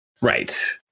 right